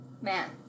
man